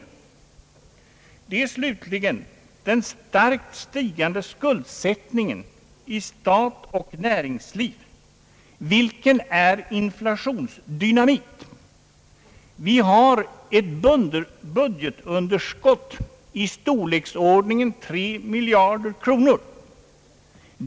Så kommer slutligen den starkt stigande skuldsättningen i stat och näringsliv, vilken är inflationsdynamit. Vi har ett budgetunderskott i storleksordningen tre miljarder kronor.